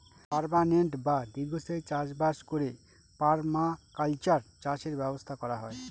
permanent বা দীর্ঘস্থায়ী চাষ বাস করে পারমাকালচার চাষের ব্যবস্থা করা হয়